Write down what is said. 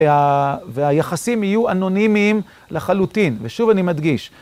והיחסים יהיו אנונימיים לחלוטין, ושוב אני מדגיש.